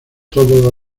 todo